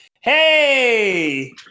Hey